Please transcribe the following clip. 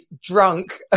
drunk